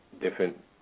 different